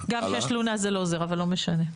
גם כשיש תלונה זה לא עוזר אבל זה לא משנה.